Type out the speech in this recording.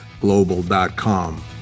global.com